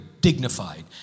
dignified